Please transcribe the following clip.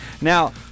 Now